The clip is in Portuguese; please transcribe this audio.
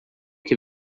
que